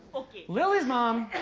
lilly's mom,